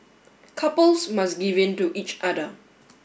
couples must give in to each other